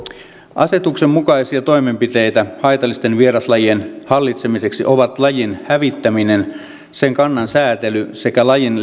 asetuksen mukaisia toimenpiteitä haitallisten vieraslajien hallitsemiseksi ovat lajin hävittäminen sen kannan säätely sekä lajin